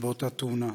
באותה תאונה.